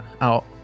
out